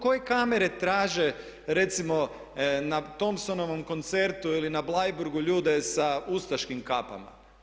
Koji kamere traže recimo na Thompsonovom koncertu ili na Bleiburgu ljude sa ustaškim kapama.